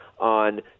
on